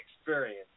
experience